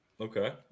Okay